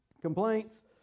complaints